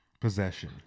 Possession